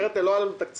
אחרת לא היה לנו תקציב,